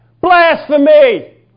Blasphemy